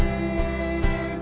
and